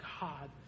God